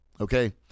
Okay